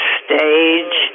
stage